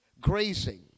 grazing